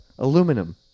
Aluminum